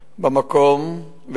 במקום,